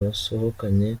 basohokanye